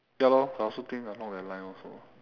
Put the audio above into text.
ya lor I also think along that line also